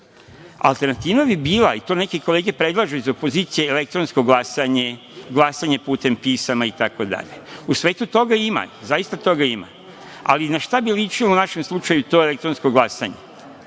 stali. Alternativa bi bila, i to neke kolege predlažu iz opozicije, elektronsko glasanje, glasanje putem pisama itd. U svetu toga ima, zaista toga ima, ali na šta bi ličilo u našem slučaju to elektronsko glasanje?